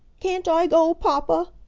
can't i go, papa?